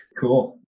Cool